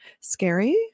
scary